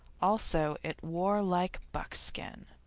also it wore like buckskin.